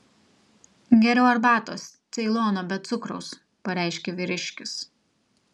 geriau arbatos ceilono be cukraus pareiškė vyriškis